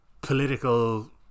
political